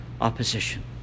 opposition